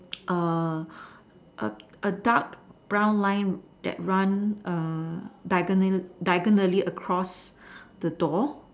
err a a dark brown line that runs err diagonally diagonally across the door